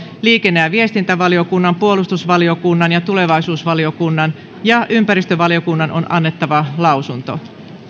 liikenne ja viestintävaliokunnan puolustusvaliokunnan tulevaisuusvaliokunnan ja ympäristövaliokunnan on annettava lausunto